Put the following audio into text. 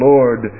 Lord